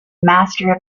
master